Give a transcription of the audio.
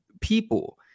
people